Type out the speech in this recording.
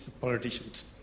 politicians